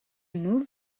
moved